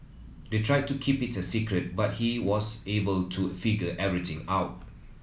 they tried to keep it a secret but he was able to figure everything out